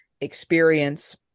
experience